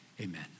Amen